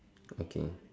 okay